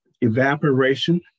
evaporation